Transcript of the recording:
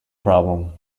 problem